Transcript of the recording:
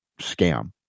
scam